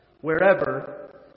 wherever